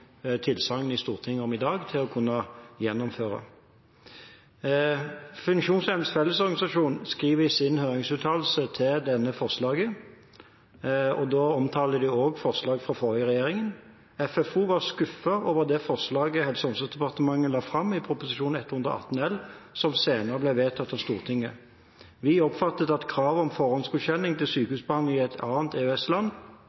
tilsagn i Stortinget i dag til å kunne gjennomføre. Funksjonshemmedes Fellesorganisasjon skriver i sin høringsuttalelse til dette forslaget, og da omtaler de også forslag fra den forrige regjeringen, at de var skuffet over det forslaget Helse- og omsorgsdepartementet la fram i proposisjon 118 L, og som senere ble vedtatt i Stortinget. De oppfattet at krav om forhåndsgodkjenning til